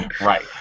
Right